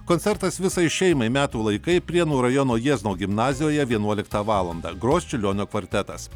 koncertas visai šeimai metų laikai prienų rajono jiezno gimnazijoje vienuoliktą valandą gros čiurlionio kvartetas